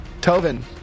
Tovin